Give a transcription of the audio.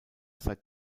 seit